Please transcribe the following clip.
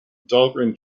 dahlgren